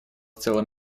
целым